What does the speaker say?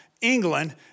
England